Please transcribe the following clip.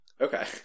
Okay